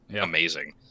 amazing